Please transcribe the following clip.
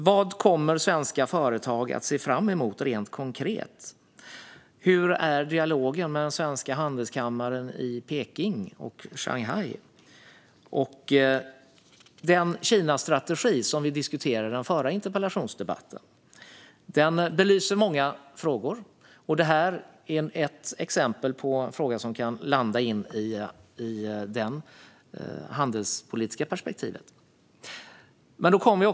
Vad kommer svenska företag att se fram emot rent konkret? Hur är dialogen med den svenska handelskammaren i Peking och i Shanghai? Den Kinastrategi som vi diskuterade i den förra interpellationsdebatten belyser många frågor, och det här är ett exempel på en fråga som kan landa i det handelspolitiska perspektivet.